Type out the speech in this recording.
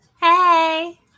Hey